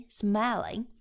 smiling